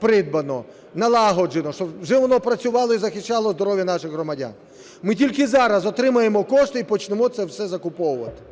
придбано, налагоджено, щоб вже воно працювало і захищало здоров'я наших громадян. Ми тільки зараз отримаємо кошти і почнемо це все закуповувати.